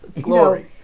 glory